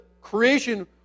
creation